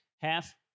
half